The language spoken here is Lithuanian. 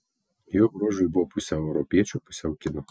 jo bruožai buvo pusiau europiečio pusiau kino